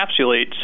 encapsulates